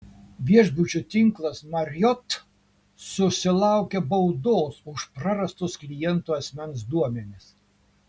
viešbučių tinklas marriott susilaukė baudos už prarastus klientų asmens duomenis